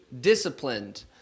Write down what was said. disciplined